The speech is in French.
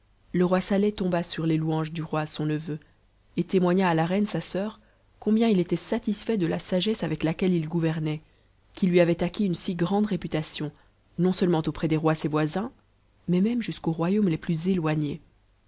le roi saieh tomba sur les louanges du roi sonuc et témoigna a la reine sa sœur combien il était satisfait de la sagesse ave laquelle il gouvernait qui lui avait acquis une si grande réputation o seulement auprès des rois ses voisins mais même jusqu'aux royaumes les plus éloignés